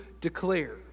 declare